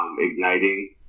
igniting